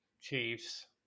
Chiefs